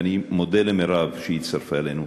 ואני מודה למירב שהצטרפה אלינו,